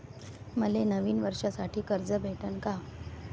मले नवीन वर्षासाठी कर्ज भेटन का?